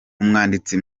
umwanditsi